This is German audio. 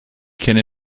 kenne